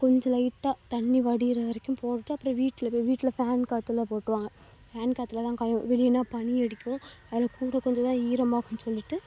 கொஞ்சம் லைட்டாக தண்ணி வடிகிற வரைக்கும் போட்டுட்டு அப்புறம் வீட்டில் போய் வீட்டில் ஃபேன் காத்தில் போட்டுருவாங்க ஃபேன் காத்தில் தான் காயும் வெளியேன்னா பனி அடிக்கும் அதில் கூட கொஞ்சம் தான் ஈரமாகும்னு சொல்லிவிட்டு